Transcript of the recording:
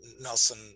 Nelson